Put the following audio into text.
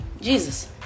Jesus